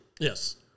Yes